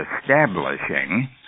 establishing